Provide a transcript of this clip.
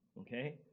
Okay